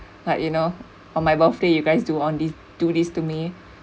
like you know on my birthday you guys do all this do this to me